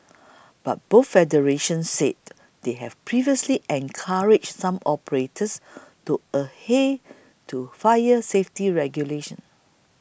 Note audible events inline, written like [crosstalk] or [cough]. [noise] but both federations said they had previously encouraged some operators to adhere to fire safety regulations